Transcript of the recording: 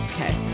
Okay